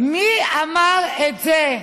מי אמר את זה: